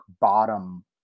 bottom